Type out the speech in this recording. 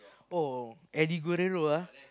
oh Eddie-Guerrero ah